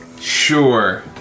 Sure